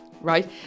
right